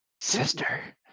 Sister